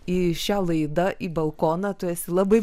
į šią laidą į balkoną tu esi labai